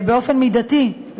באופן מידתי,